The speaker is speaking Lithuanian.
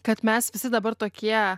kad mes visi dabar tokie